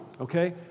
Okay